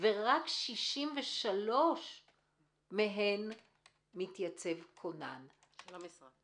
ורק 63 מהן מתייצב כונן של המשרד.